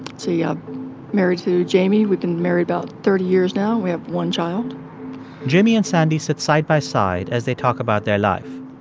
see, i'm married to jamie. we've been married about thirty years now. we have one child jamie and sandy sit side by side as they talk about their life.